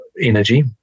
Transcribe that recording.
energy